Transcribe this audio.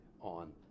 on